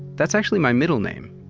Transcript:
that's actually my middle name.